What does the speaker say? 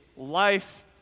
life